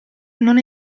non